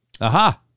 Aha